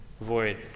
void